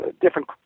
different